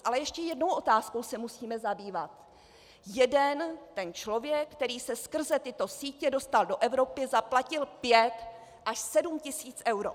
Ale ještě jednou otázkou se musíme zabývat: Jeden ten člověk, který se skrze tyto sítě dostal do Evropy, zaplatil 5 až 7 tisíc eur.